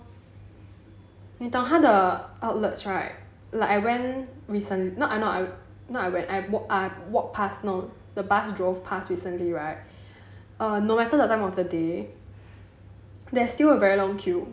你懂他的 outlets right like I went recently not I went I walked past no the bus drove past recently right err no matter the time of the day there's still a very long queue